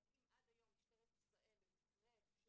אם עד היום משטרת ישראל במקרה של